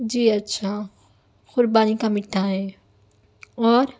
جی اچھا قربانی کا میٹھا ہے اور